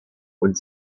und